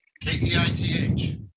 K-E-I-T-H